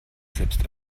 selbst